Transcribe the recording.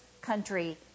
country